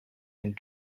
and